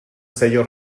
sello